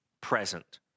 present